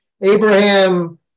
Abraham